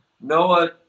noah